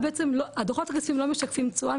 הדו"חות הכספיים לא משקפים תשואה,